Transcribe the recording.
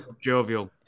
jovial